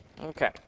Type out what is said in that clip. Okay